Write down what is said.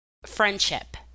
friendship